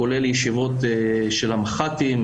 כולל ישיבות של המח"טים,